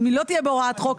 אם היא לא תהיה בהוראת חוק,